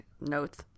notes